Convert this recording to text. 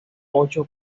ocho